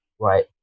right